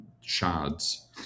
shards